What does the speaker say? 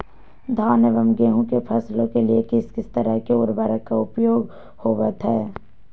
धान एवं गेहूं के फसलों के लिए किस किस तरह के उर्वरक का उपयोग होवत है?